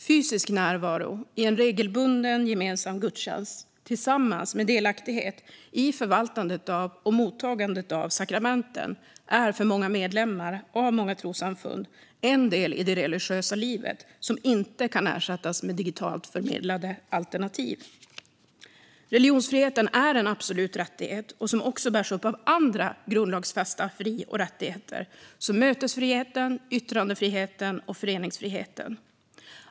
Fysisk närvaro i en regelbunden gemensam gudstjänst, tillsammans med delaktighet i förvaltandet av och mottagandet av sakramenten, är för många medlemmar av många trossamfund en del i det religiösa livet som inte kan ersättas med digitalt förmedlade alternativ. Religionsfriheten är en absolut rättighet som också bärs upp av andra grundlagsfästa fri och rättigheter som mötesfriheten, yttrandefriheten och föreningsfriheten.